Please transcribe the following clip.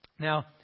Now